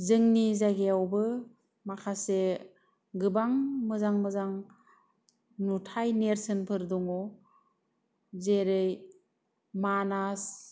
जोंनि जायगायावबो माखासे गोबां मोजां मोजां नुथाइ नेरसोनफोर दङ जेरै मानास